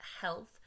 health